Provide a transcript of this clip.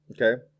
okay